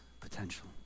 potential